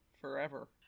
forever